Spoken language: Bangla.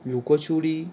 লুকোচুরি